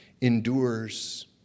endures